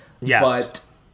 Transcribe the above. Yes